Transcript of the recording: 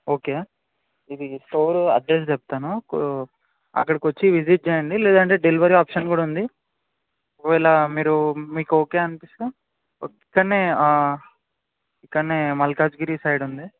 okay ఇది store address చెప్తాను అక్కడికి వచ్చి విజిట్ చేయండి లేదంటే డెలివరీ ఆప్షన్ కూడా ఉంది ఒకవేళ మీరు మీకు ఓకే అనిపిస్తే ఇక్కడ ఇక్కడ మల్కాజ్గిరి సైడ్ ఉంది